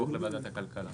לוועדת הכלכלה.